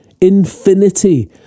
infinity